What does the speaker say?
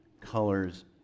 colors